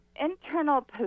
internal